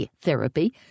therapy